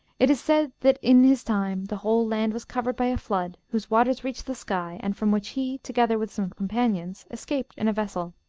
it is said that in his time the whole land was covered by a flood, whose waters reached the sky, and from which he, together with some companions, escaped in a vessel.